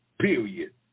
period